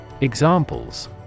Examples